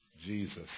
Jesus